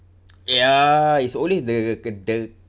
ya it's always the c~ the